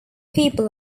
people